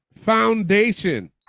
Foundation